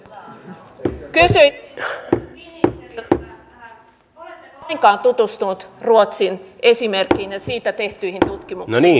pää ja käsi ei jaa niitä ole vielä tutustunut ruotsia esimerkkinä siitä tehtyihin eli